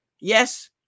Yes